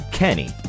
Kenny